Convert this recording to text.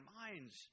minds